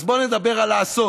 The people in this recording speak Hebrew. אז בואו נדבר על לעשות.